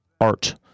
art